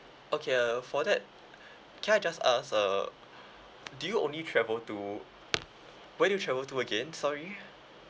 okay uh for that can I just ask err do you only travel to where do you travel to again sorry